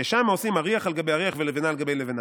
ששם עושים "אריח על גבי אריח ולבינה על גבי לבינה.